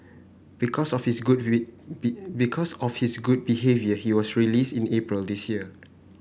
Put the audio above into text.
because of his good because of his good behaviour he was released in April this year